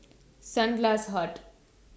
Sunglass Hut